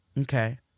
Okay